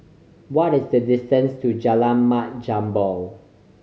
what is the distance to Jalan Mat Jambol